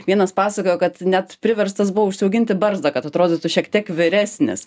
vienas pasakojo kad net priverstas buvo užsiauginti barzdą kad atrodytų šiek tiek vyresnis